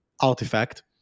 artifact